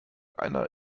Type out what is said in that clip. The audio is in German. einer